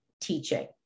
teaching